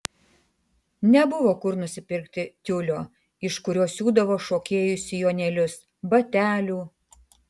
nebuvo kur nusipirkti tiulio iš kurio siūdavo šokėjų sijonėlius batelių